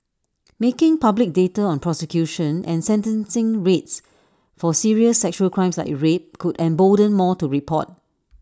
making public data on prosecution and sentencing rates for serious sexual crimes like rape could embolden more to report